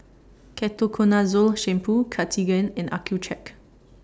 Ketoconazole Shampoo Cartigain and Accucheck